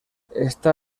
está